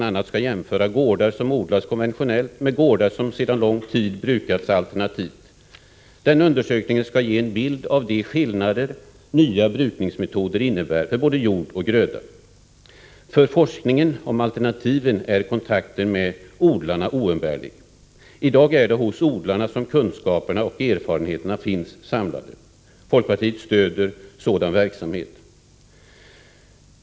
a. skall gårdar som odlas konventionellt jämföras med gårdar som sedan lång tid brukas alternativt. Den undersökningen skall ge en bild av de skillnader som nya brukningsmetoder innebär för både jord och gröda. För forskningen om alternativen är kontakten med odlarna oumbärlig. I dag är det hos odlarna som kunskaperna och erfarenheterna finns samlade. Folkpartiet stöder sådan verksamhet.